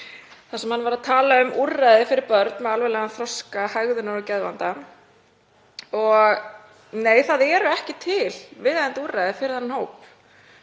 þar sem hann var að tala um úrræði fyrir börn með alvarlegan þroska-, hegðunar- og geðvanda. Og nei, það eru ekki til viðeigandi úrræði fyrir þann hóp.